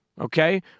okay